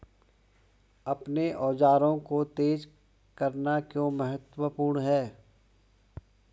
अपने औजारों को तेज करना क्यों महत्वपूर्ण है?